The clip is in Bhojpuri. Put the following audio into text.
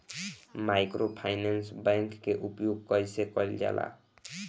माइक्रोफाइनेंस बैंक के उपयोग कइसे कइल जाला?